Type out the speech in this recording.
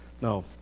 no